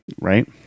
right